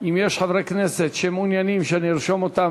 אם יש חברי כנסת שמעוניינים שארשום אותם,